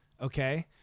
okay